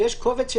ויש קובץ,